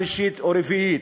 שלישית או רביעית?